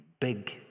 big